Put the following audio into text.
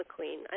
McQueen